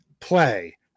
play